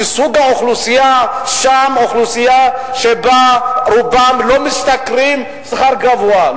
כי האוכלוסייה שם היא אוכלוסייה שרובם לא משתכרים שכר גבוה,